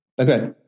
Okay